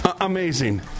Amazing